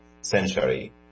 century